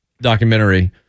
documentary